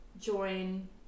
join